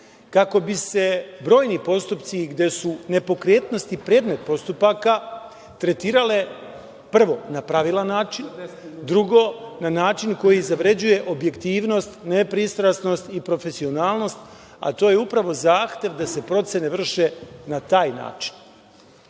kako bi se brojni postupci, gde su nepokretnosti predmet postupaka tretirale, prvo na pravilan način, drugo na način koji zavređuje objektivnost, nepristrasnost i profesionalnost, a to je upravo zahtev da se procene vrše na taj